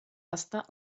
hasta